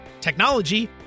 technology